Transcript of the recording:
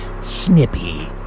Snippy